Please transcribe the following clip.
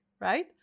right